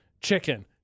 chicken